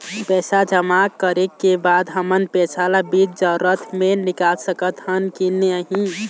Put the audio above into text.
पैसा जमा करे के बाद हमन पैसा ला बीच जरूरत मे निकाल सकत हन की नहीं?